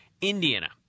Indiana